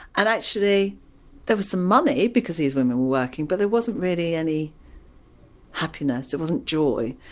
and actually there was some money because these women were working but there wasn't really any happiness there wasn't joy.